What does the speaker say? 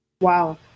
Wow